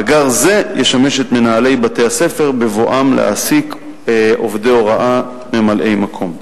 מאגר זה ישמש את מנהלי בתי-הספר בבואם להעסיק עובדי הוראה ממלאי-מקום.